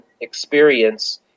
experience